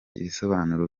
ibisobanuro